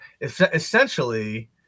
essentially